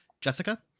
Jessica